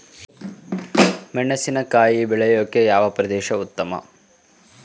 ಮೆಣಸಿನಕಾಯಿ ಬೆಳೆಯೊಕೆ ಯಾವ ಪ್ರದೇಶ ಉತ್ತಮ?